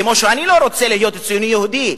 כמו שאני לא רוצה להיות ציוני יהודי.